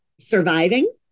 surviving